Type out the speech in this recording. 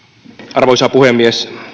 arvoisa puhemies